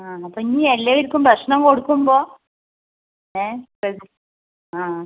ആ അപ്പം ഇനി എല്ലാവർക്കും ഭക്ഷണം കൊടുക്കുമ്പോൾ ശ്രദ്ധിച്ച് ആ ആ